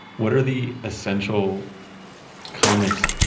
what are the essential comics?